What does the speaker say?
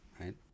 Right